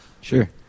Sure